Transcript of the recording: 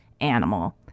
animal